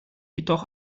jedoch